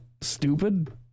Stupid